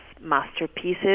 masterpieces